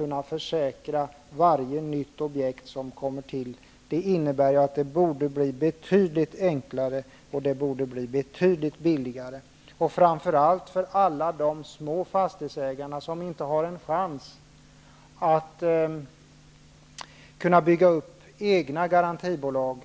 möjligt att försäkra varje nytt objekt som kommer till. Det innebär en ordning som borde bli betydligt enklare och betydligt billigare, framför allt för alla de små fastighetsägarna, som inte har en chans att bygga upp egna garantibolag.